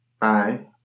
Bye